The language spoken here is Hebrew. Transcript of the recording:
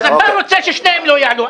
אז אתה רוצה ששניהם לא יעלו.